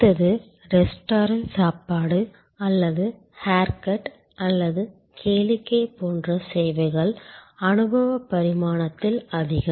அடுத்தது ரெஸ்டாரன்ட் சாப்பாடு அல்லது ஹேர்கட் அல்லது கேளிக்கை போன்ற சேவைகள் அனுபவப் பரிமாணத்தில் அதிகம்